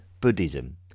Buddhism